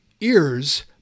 ears